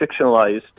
fictionalized